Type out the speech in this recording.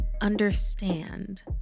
understand